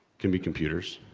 can be computers,